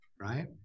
right